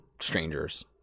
strangers